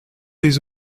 les